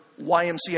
YMCA